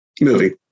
Movie